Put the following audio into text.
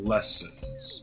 Lessons